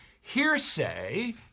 Hearsay